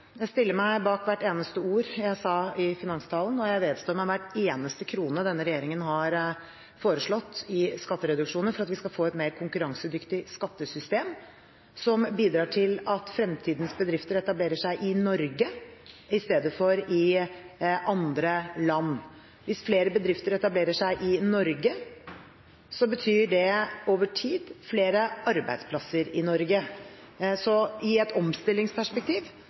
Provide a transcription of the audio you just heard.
jeg stiller meg bak hvert eneste ord jeg sa i finanstalen, og jeg vedstår meg hver eneste krone denne regjeringen har foreslått i skattereduksjoner for at vi skal få et mer konkurransedyktig skattesystem som bidrar til at fremtidens bedrifter etablerer seg i Norge i stedet for i andre land. Hvis flere bedrifter etablerer seg i Norge, betyr det, over tid, flere arbeidsplasser i Norge, så i et omstillingsperspektiv